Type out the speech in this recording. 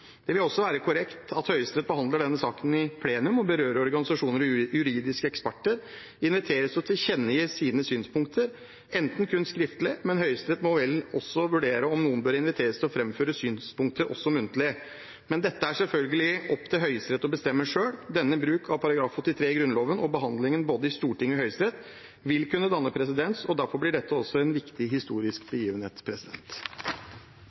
Det vil også være korrekt at Høyesterett behandler denne saken i plenum, og at berørte organisasjoner og juridiske eksperter inviteres til å tilkjennegi sine synspunkter, ikke bare skriftlig, men Høyesterett må vel vurdere om noen bør inviteres til å framføre synspunkter også muntlig. Dette er det selvfølgelig opp til Høyesterett å bestemme selv. Denne bruken av § 83 i Grunnloven og behandlingen både i Stortinget og i Høyesterett vil kunne danne presedens, og derfor blir dette en viktig historisk